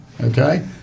okay